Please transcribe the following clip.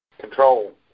Control